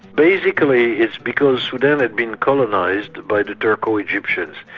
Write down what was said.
basically it's because sudan had been colonised by the turko-egyptians,